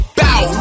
bow